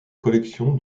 collection